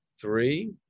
Three